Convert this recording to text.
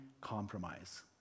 compromise